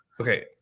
Okay